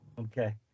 okay